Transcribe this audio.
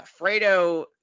Fredo